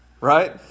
Right